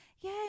yay